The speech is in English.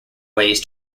ways